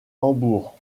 hambourg